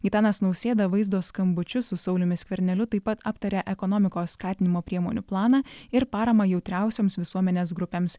gitanas nausėda vaizdo skambučiu su sauliumi skverneliu taip pat aptarė ekonomikos skatinimo priemonių planą ir paramą jautriausioms visuomenės grupėms